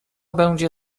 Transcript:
będzie